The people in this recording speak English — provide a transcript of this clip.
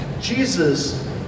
Jesus